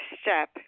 step